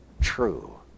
true